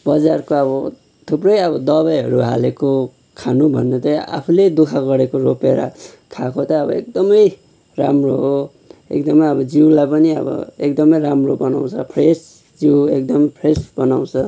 बजारको अब थुप्रै अब दबाईहरू हालेको खानुभन्दा चाहिँ आफूले दुःख गरेको रोपेर खाएको त अब एकदमै राम्रो हो एकदमै अब जिउलाई पनि अब एकदमै राम्रो बनाउँछ फ्रेस जिउ एकदम फ्रेस बनाउँछ